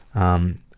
um,